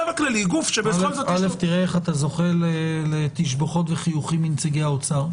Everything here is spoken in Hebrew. תראה איך אתה זוכה לתשבחות ולחיוכים מנציגי האוצר.